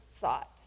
thought